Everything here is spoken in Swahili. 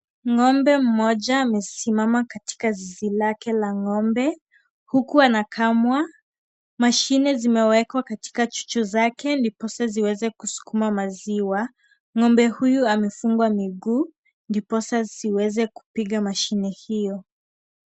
Ng'ombe mmoja amesimama katika zizi lake la ng'ombe huku anakamwa. Mashine zimewekwa katika chuchu zake ndiposa ziweze kusukuma maziwa. Ng'ombe huyu amefungwa miguu ndiposa asiweze kupiga mashine hiyo.